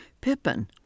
Pippin